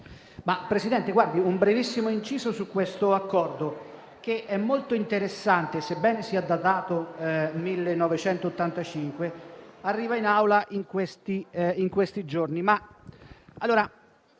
vorrei fare un brevissimo inciso su questo Accordo, che è molto interessante. Sebbene sia datato al 1985, arriva in Aula in questi giorni.